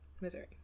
missouri